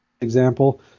example